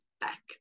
back